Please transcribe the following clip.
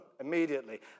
immediately